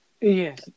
Yes